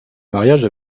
mariage